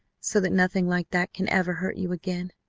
so that nothing like that can ever hurt you again.